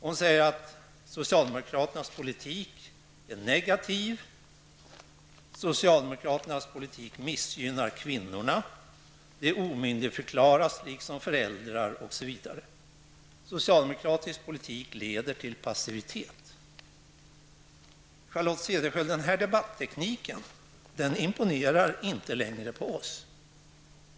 Hon säger att socialdemokraternas politik är negativ, att socialdemokraternas politik missgynnar kvinnorna, att dessa omyndigförklaras liksom föräldrar osv. Socialdemokratisk politik leder till passivitet, sägs det också. Men, Charlotte Cederschiöld, den här debattekniken imponerar inte längre på oss.